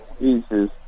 Jesus